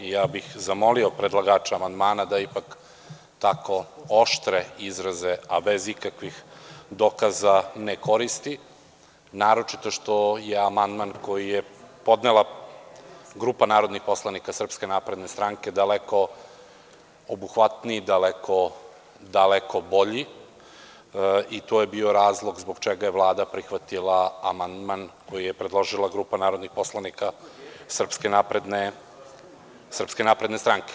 Ja bih zamolio predlagača amandmana da ipak tako oštre izraze, a bez ikakvih dokaza, ne koristi, naročito što je amandman koji je podnela grupa narodnih poslanika SNS daleko obuhvatniji, daleko bolji i to je i bio razlog zbog čega je Vlada prihvatila amandman koji je predložila grupa narodnih poslanika SNS.